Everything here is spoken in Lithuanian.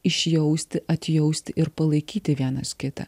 išjausti atjausti ir palaikyti vienas kitą